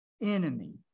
enemy